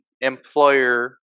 employer